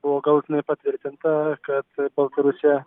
buvo galutinai patvirtinta kad baltarusija